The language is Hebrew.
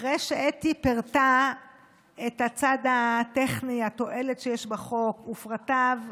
אחרי שאתי פירטה את הצד הטכני והתועלת שיש בחוק ופרטיו,